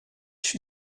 she